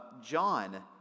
John